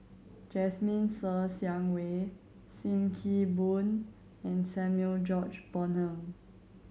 Jasmine Ser Xiang Wei Sim Kee Boon and Samuel George Bonham